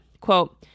quote